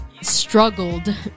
struggled